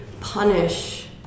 punish